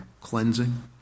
cleansing